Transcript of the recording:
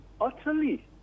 utterly